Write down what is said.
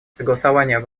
согласование